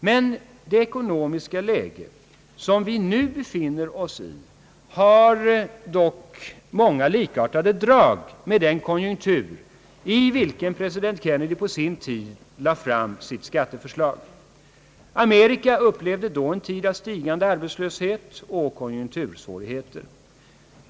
Men det ekonomiska läge som vi nu befinner oss i har dock många likartade drag med den konjunktur i vilken president Kennedy lade fram sitt skatteförslag. Amerika upplevde då en tid av stigande arbetslöshet och konjunktursvårigheter.